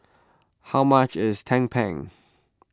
how much is Tumpeng